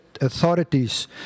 authorities